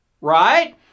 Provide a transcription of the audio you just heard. right